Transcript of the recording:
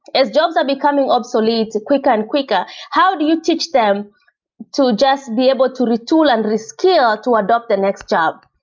as jobs are becoming obsolete quicker and quicker, how do you teach them to just be able to retool and rescale to adapt the next job?